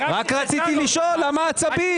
רק רציתי לשאול, למה עצבים?